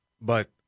but-